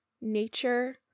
nature